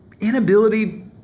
inability